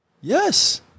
Yes